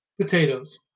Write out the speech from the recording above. Potatoes